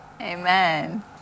Amen